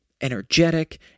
energetic